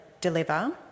deliver